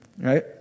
right